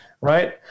right